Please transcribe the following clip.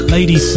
Lady